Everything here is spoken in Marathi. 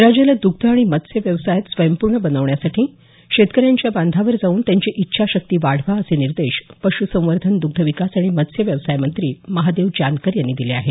राज्याला दुग्ध आणि मत्स्यव्यवसायात स्वयंपूर्ण बनवण्यासाठी शेतकऱ्यांच्या बांधावर जाऊन त्यांची इच्छाशक्ती वाढवा असे निर्देश पशुसंवर्धन द्ग्धविकास आणि मत्स्यव्यवसाय मंत्री महादेव जानकर यांनी दिले आहेत